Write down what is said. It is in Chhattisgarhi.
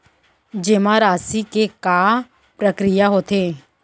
जेमा राशि के का प्रक्रिया होथे?